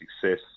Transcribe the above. success